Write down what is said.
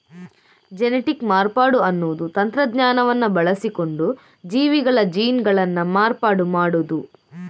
genetic ಮಾರ್ಪಾಡು ಅನ್ನುದು ತಂತ್ರಜ್ಞಾನವನ್ನ ಬಳಸಿಕೊಂಡು ಜೀವಿಗಳ ಜೀನ್ಗಳನ್ನ ಮಾರ್ಪಾಡು ಮಾಡುದು